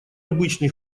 обычный